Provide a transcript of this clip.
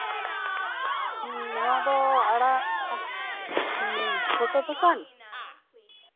ᱦᱩᱸ ᱱᱚᱣᱟ ᱫᱚ ᱟᱲᱟᱜ ᱯᱷᱚᱴᱳ ᱫᱚᱠᱟᱱ